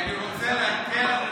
כי אני רוצה להקל את הרגולציה.